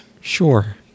Sure